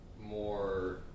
more